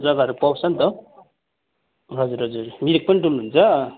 जग्गाहरू पाउँछ नि त हजुर हजुर मिरिक पनि डुल्नुहुन्छ